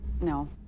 no